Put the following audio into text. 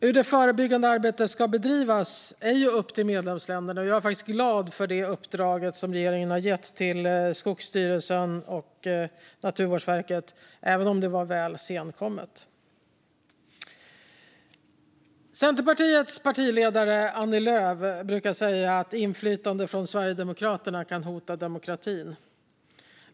Hur det förebyggande arbetet ska bedrivas är upp till medlemsländerna, och jag är glad över det uppdrag regeringen har gett till Skogsstyrelsen och Naturvårdsverket, även om det kom sent. Centerpartiets partiledare Annie Lööf brukar säga att inflytande från Sverigedemokraterna kan hota demokratin.